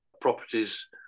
properties